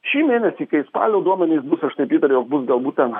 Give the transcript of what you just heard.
šį mėnesį kai spalio duomenys bus aš taip įtariau bus galbūt ten